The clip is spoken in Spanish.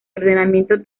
ordenamiento